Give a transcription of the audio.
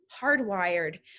hardwired